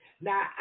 Now